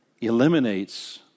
eliminates